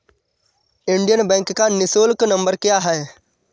Indian bank का निःशुल्क number क्या है?